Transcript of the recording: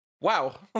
Wow